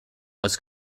was